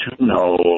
No